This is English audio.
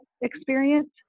experience